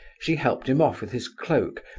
she helped him off with his cloak,